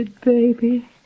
baby